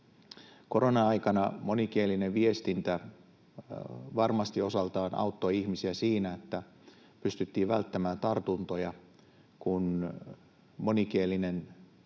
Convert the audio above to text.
Korona-aikana monikielinen viestintä varmasti osaltaan auttoi ihmisiä siinä, että pystyttiin välttämään tartuntoja, kun monikielinen uutisointi